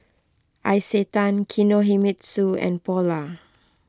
Isetan Kinohimitsu and Polar